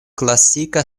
klasika